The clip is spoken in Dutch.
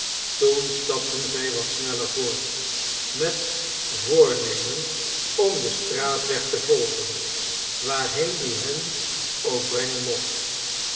toen stapten zij wat sneller voort met voornemen om den straatweg te volgen waarheen die hen ook brengen mocht